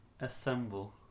assemble